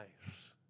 nice